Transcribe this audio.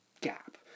gap